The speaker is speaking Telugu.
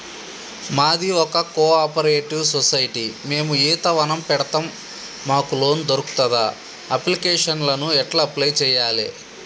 మాది ఒక కోఆపరేటివ్ సొసైటీ మేము ఈత వనం పెడతం మాకు లోన్ దొర్కుతదా? అప్లికేషన్లను ఎట్ల అప్లయ్ చేయాలే?